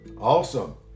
Awesome